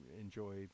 enjoy